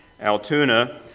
Altoona